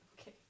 Okay